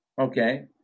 Okay